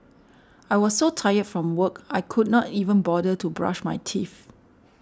I was so tired from work I could not even bother to brush my teeth